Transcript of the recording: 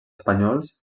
espanyols